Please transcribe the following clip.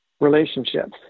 relationships